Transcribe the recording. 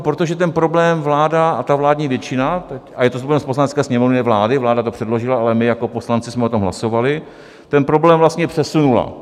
Protože ten problém vláda a ta vládní většina a je to zodpovědnost Poslanecké sněmovny i vlády, vláda to předložila a my jako poslanci jsme o tom hlasovali ten problém vlastně přesunula.